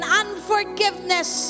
unforgiveness